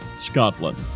Scotland